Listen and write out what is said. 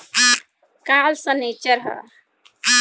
काल्ह सनीचर ह